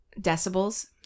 decibels